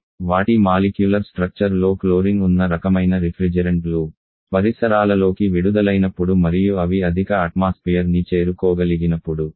కాబట్టి వాటి molecular structure లో క్లోరిన్ ఉన్న రకమైన రిఫ్రిజెరెంట్లు పరిసరాలలోకి విడుదలైనప్పుడు మరియు అవి అధిక అట్మాస్పియర్ ని చేరుకోగలిగినప్పుడు